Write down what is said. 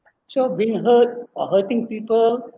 so being hurt or hurting people